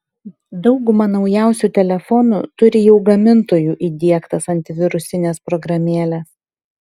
dauguma naujausių telefonų turi jau gamintojų įdiegtas antivirusines programėles